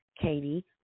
Katie